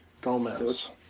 Gomez